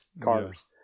cars